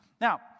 Now